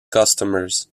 customers